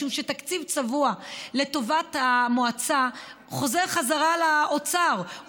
משום שתקציב צבוע לטובת המועצה חוזר חזרה לאוצר,